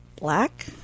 Black